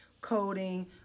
coding